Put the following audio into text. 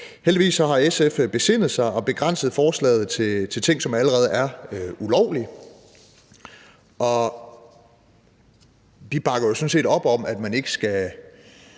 Heldigvis har SF besindet sig og begrænset forslaget til ting, som allerede er ulovlige, og vi bakker sådan set op om, at man ikke skal